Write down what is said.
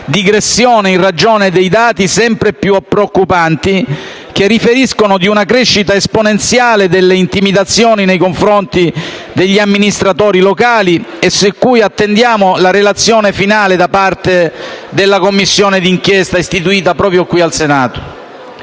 digressione in ragione dei dati sempre più preoccupanti che riferiscono di una crescita esponenziale delle intimidazioni nei confronti degli amministratori locali e su cui attendiamo la relazione finale da parte della Commissione di inchiesta istituita proprio in Senato.